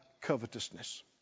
covetousness